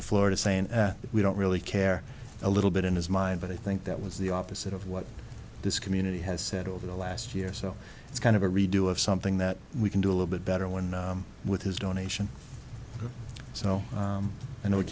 to florida saying we don't really care a little bit in his mind but i think that was the opposite of what this community has said over the last year so it's kind of a redo of something that we can do a little bit better when with his donation so you know we